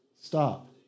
stop